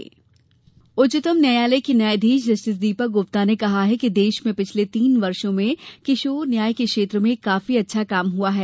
बाल न्याय सेमिनार उच्चतम न्यायालय के न्यायाधीश जस्टिस दीपक गुप्ता ने कहा है कि देश में पिछले तीन वर्षों में किशोर न्याय के क्षेत्र में काफी अच्छा काम हुआ है